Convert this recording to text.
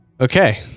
Okay